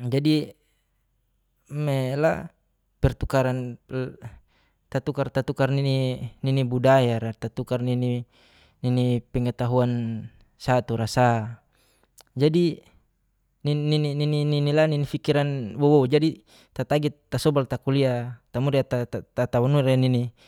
Jadi, tatukar nini pengetahuan saturasa. Jadi, tatagi tasobal takulia.